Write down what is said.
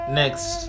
next